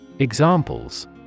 Examples